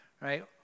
right